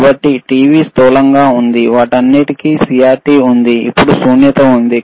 కాబట్టి టీవీ స్థూలంగా ఉంది వాటన్నిటికీ సిఆర్టి ఉంది ఇప్పుడు శూన్యత ఉంది